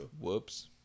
Whoops